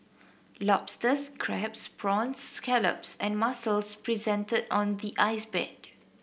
lobsters crabs prawns scallops and mussels presented on the ice bed